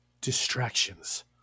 distractions